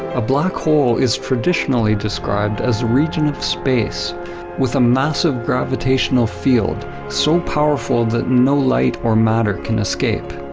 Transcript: a black hole is traditionally described as a region of space with a massive gravitational field so powerful that no light or matter can escape.